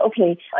okay